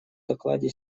докладе